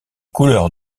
couleurs